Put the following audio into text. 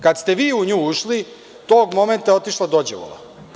Kada ste vi u nju ušli, tog momenta je otišla dođavola.